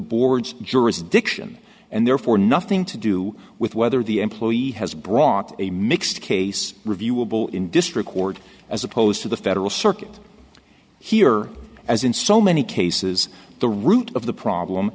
board's jurisdiction and therefore nothing to do with whether the employee has brought a mixed case reviewable in district court as opposed to the federal circuit here as in so many cases the root of the problem